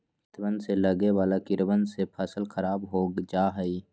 खेतवन में लगवे वाला कीड़वन से फसल खराब हो जाहई